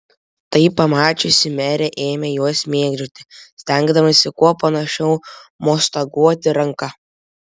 tai pamačiusi merė ėmė juos mėgdžioti stengdamasi kuo panašiau mostaguoti ranka